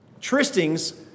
Tristings